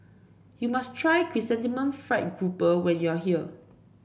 you must try Chrysanthemum Fried Grouper when you are here